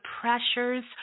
pressures